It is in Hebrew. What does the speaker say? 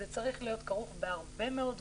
זה צריך להיות כרוך בהרבה מאוד דברים,